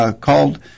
called